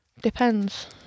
Depends